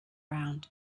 round